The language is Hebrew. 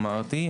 אמרתי,